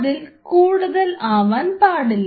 അതിൽ കൂടുതൽ ആവാൻ പാടില്ല